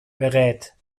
berät